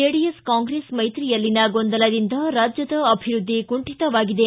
JDS Congress ಮೈತ್ರಿಯಲ್ಲಿನ ಗೊಂದಲದಿಂದ ರಾಜ್ಯದ ಅಭಿವೃದ್ಧಿ ಕುಂಠಿತವಾಗಿದೆ